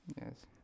Yes